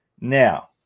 Now